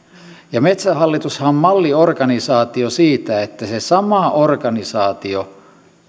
metsähallitushan on malliorganisaatio siitä että se sama organisaatio